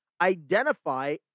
identify